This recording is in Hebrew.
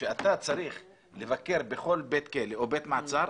כשאתה צריך לבקר בכל בית כלא או בית מעצר,